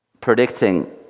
predicting